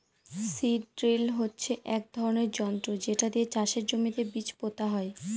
seed drill হচ্ছে এক ধরনের যন্ত্র যেটা দিয়ে চাষের জমিতে বীজ পোতা হয়